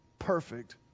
Perfect